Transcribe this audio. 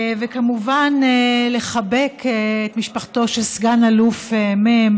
וכמובן לחבק את משפחתו של סגן אלוף מ'